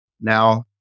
Now